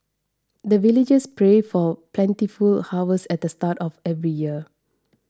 the villagers pray for plentiful harvest at the start of every year